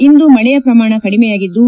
ಇಂದು ಮಳೆಯ ಪ್ರಮಾಣ ಕಡಿಮೆಯಾಗಿದ್ದು